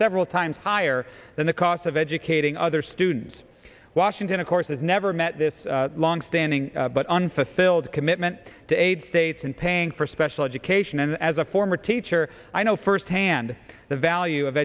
several times higher than the cost of educating other students washington of course has never met this longstanding but unfulfilled commitment to aid states in paying for special education and as a former teacher i know firsthand the value of